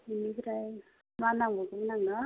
बेनिफ्राय मा नांबावगौमोन आंनो